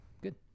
Good